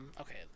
Okay